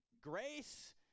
grace